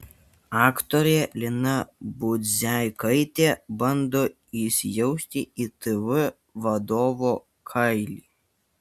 aktorė lina budzeikaitė bando įsijausti į tv vadovo kailį